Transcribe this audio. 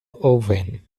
oven